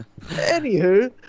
anywho